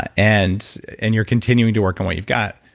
ah and and you're continuing to work on what you've got,